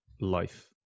life